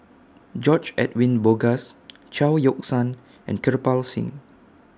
George Edwin Bogaars Chao Yoke San and Kirpal Singh